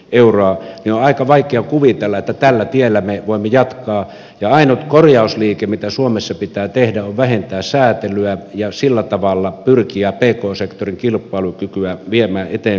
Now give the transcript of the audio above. on aika vaikea kuvitella että tällä tiellä me voimme jatkaa ja ainut korjausliike mitä suomessa pitää tehdä on vähentää säätelyä ja sillä tavalla pyrkiä pk sektorin kilpailukykyä viemään eteenpäin